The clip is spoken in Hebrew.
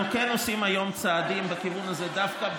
אנחנו עושים היום צעדים בכיוון הזה דווקא,